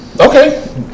Okay